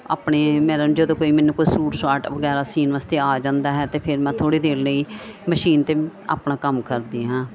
ਆਪਣੇ ਨੈਦਮ ਜਦੋਂ ਕੋਈ ਮੈਨੂੰ ਸੂਟ ਸਾਟ ਵਗੈਰਾ ਸਿਉਣ ਵਾਸਤੇ ਆ ਜਾਂਦਾ ਹੈ ਤਾਂ ਫਿਰ ਮੈਂ ਥੋੜ੍ਹੀ ਦੇਰ ਲਈ ਮਸ਼ੀਨ 'ਤੇ ਆਪਣਾ ਕੰਮ ਕਰਦੀ ਹਾਂ